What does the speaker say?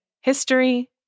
History